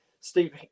Steve